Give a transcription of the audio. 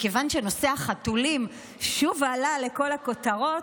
מכיוון שנושא החתולים שוב עלה לכל הכותרות,